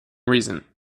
reason